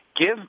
Give